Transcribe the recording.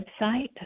website